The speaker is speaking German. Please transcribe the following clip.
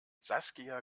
saskia